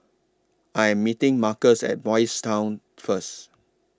I Am meeting Marcus At Boys' Town First